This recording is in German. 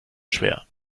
schwer